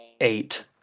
Eight